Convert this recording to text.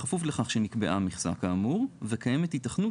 בכפוף לכף שנקבעה מכסה כאמור וקיימת היתכנות